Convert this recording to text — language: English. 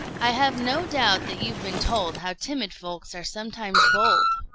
i have no doubt that you've been told how timid folks are sometimes bold.